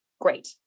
great